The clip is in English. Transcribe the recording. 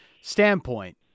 standpoint